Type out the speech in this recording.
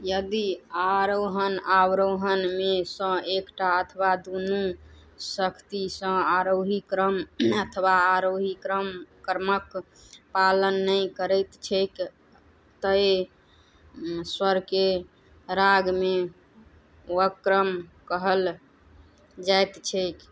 यदि आरोहण अवरोहणमेसँ एकटा अथवा दुनू सख्तीसँ आरोही क्रम अथवा आरोही क्रम क्रमक पालन नहि करैत छैक तऽ स्वरके रागमे वक्रम कहल जाइत छैक